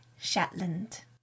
Shetland